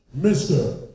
Mr